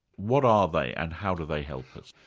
what are they, and how do they help us?